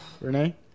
Renee